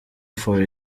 for